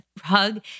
hug